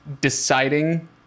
deciding